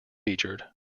featured